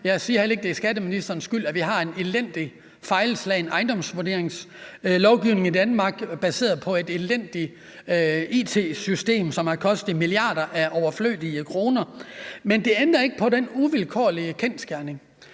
Jeg siger heller ikke, at det er skatteministerens skyld, at vi har en elendig, fejlslagen ejendomsvurderingslovgivning i Danmark baseret på et elendigt it-system, som har kostet milliarder af overflødige kroner. Men det ændrer ikke på den uomtvistelige kendsgerning,